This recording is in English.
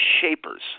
Shapers